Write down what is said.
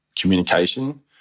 communication